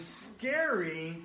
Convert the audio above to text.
scary